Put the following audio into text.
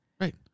Right